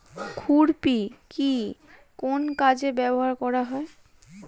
খুরপি কি কোন কাজে ব্যবহার করা হয়?